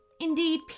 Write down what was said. Indeed